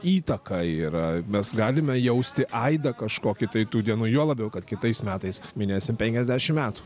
įtaka yra mes galime jausti aidą kažkokį tai tų dienų juo labiau kad kitais metais minėsim penkiasdešimt metų